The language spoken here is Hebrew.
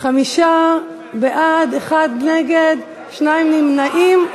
חמישה בעד, אחד נגד, שניים נמנעים.